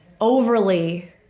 overly